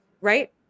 Right